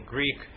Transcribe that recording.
Greek